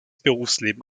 berufsleben